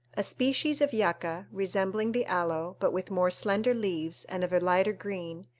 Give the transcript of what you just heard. a species of yucca, resembling the aloe, but with more slender leaves and of a lighter green,